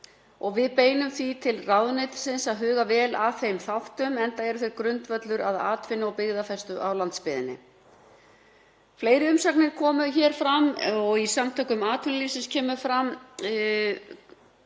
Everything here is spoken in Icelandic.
Við beinum því til ráðuneytisins að huga vel að þeim þáttum, enda eru þeir grundvöllur að atvinnu og byggðafestu á landsbyggðinni. Fleiri umsagnir komu hér fram. Í umsögn Samtaka atvinnulífsins er fjallað